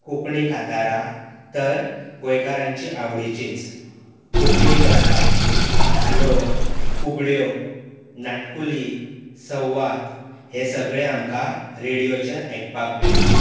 कोंकणी कांतांरां तर गोंयकारांची आवडीचींच कोंकणी पदां धालो फुगड्यो नाटकुलीं संवाद हे सगळें आमकां रेडियोचेर आयकुपाक मेळटा